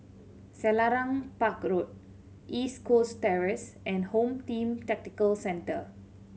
Selarang Park Road East Coast Terrace and Home Team Tactical Centre